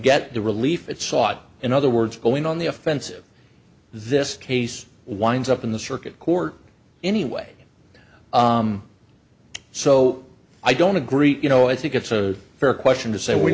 get the relief it sought in other words going on the offensive this case winds up in the circuit court anyway so i don't agree you know i think it's a fair question to say we